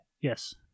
Yes